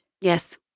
Yes